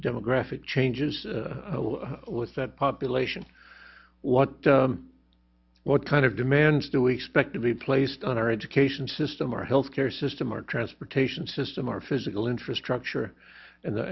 terms demographic changes with that population what what kind of demands do we expect to be placed on our education system our health care system our transportation system our physical infrastructure and